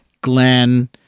Glenn